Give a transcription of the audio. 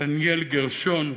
דניאל גרשון,